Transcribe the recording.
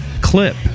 clip